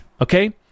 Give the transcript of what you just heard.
Okay